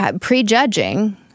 Prejudging